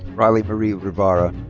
riley marie rivara.